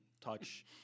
touch